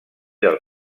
del